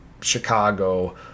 Chicago